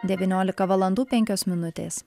devyniolika valandų penkios minutės